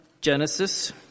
Genesis